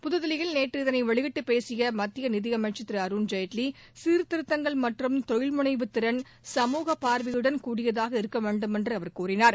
புதுதில்லியில் நேற்று இதனை வெளியிட்டு பேசிய மத்திய நிதியமைச்சர் திரு அருண்ஜேட்லி சீர்திருத்தங்கள் மற்றும் தொழில்முனைவு திறன் சமூக பார்வையுடன் கூடியதாக இருக்க வேண்டுமென்று என்று கூறினார்